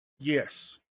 Yes